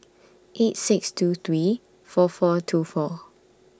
eight six two three four four two four